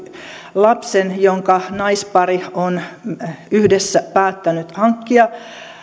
lapsen jonka naispari on yhdessä päättänyt hankkia